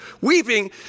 weeping